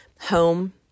home